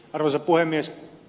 arvoisa puhemies